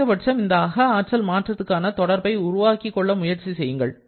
குறைந்தபட்சம் இந்த அக ஆற்றல் மாற்றத்துக்கான தொடர்பை உருவாக்கிக் கொள்ள முயற்சி செய்யுங்கள்